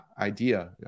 idea